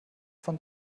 von